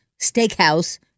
Steakhouse